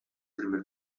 primer